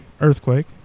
Earthquake